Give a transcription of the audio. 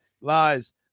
lies